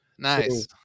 Nice